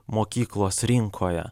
mokyklos rinkoje